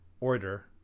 order